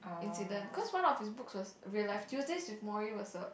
incident cause one of his books was real life Tuesdays with Morrie was a